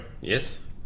yes